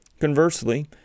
Conversely